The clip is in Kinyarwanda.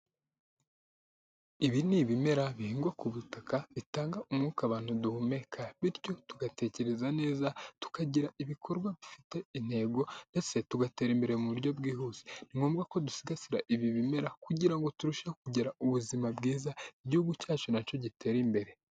Ibi ni ibimera bihingwa ku butaka bitanga umwuka abantu duhumeka, bityo tugatekereza neza, tukagira ibikorwa bifite intego ndetse tugatera imbere mu buryo bwihuse. Ni ngombwa ko dusigasira ibi bimera kugira ngo turusheho kugira ubuzima bwiza, igihugu cyacu na cyo gitera imbere.